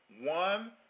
one